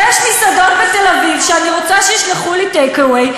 ויש מסעדות בתל-אביב שאני רוצה שישלחו לי take away,